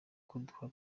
kuduha